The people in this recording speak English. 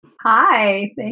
Hi